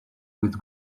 with